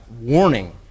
warning